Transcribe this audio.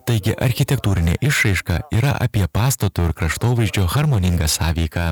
taigi architektūrinė išraiška yra apie pastato ir kraštovaizdžio harmoningą sąveiką